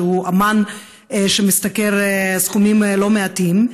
שהוא אומן שמשתכר סכומים לא מעטים,